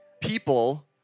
people